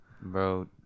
Bro